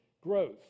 growth